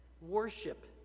Worship